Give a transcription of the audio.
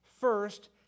First